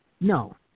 no